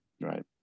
Right